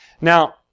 Now